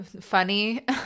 funny